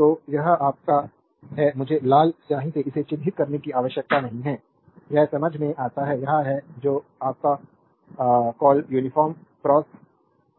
तो यह आपका है मुझे लाल स्याही से इसे चिह्नित करने की आवश्यकता नहीं है यह समझ में आता है यह एक है जो आपके कॉल यूनिफ़ॉर्म क्रॉस